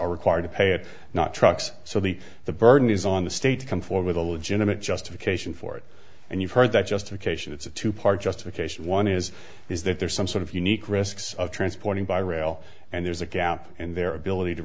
are required to pay it not trucks so the the burden is on the state to come for with a legitimate justification for it and you've heard that justification it's a two part justification one is is that there's some sort of unique risks of transporting by rail and there's a gap in their ability to